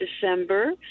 December